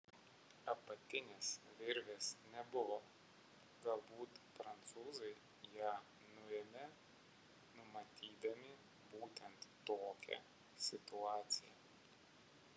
apatinės virvės nebuvo galbūt prancūzai ją nuėmė numatydami būtent tokią situaciją